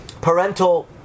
parental